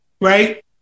right